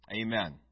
Amen